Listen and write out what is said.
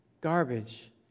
garbage